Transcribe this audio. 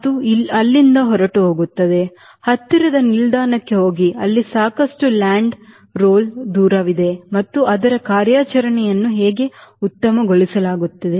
ಅದು ಅಲ್ಲಿಂದ ಹೊರಟುಹೋಗುತ್ತದೆ ಹತ್ತಿರದ ನಿಲ್ದಾಣಕ್ಕೆ ಹೋಗಿ ಅಲ್ಲಿ ಸಾಕಷ್ಟು ಲ್ಯಾಂಡ್ ರೋಲ್ ದೂರವಿದೆ ಮತ್ತು ಅದರ ಕಾರ್ಯಾಚರಣೆಯನ್ನು ಹೇಗೆ ಉತ್ತಮಗೊಳಿಸಲಾಗುತ್ತದೆ